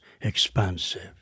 expansive